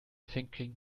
thinking